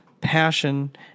passion